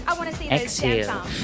Exhale